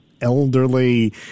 elderly